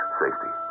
safety